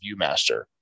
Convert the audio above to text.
Viewmaster